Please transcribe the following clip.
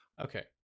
Okay